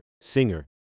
singer